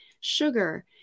sugar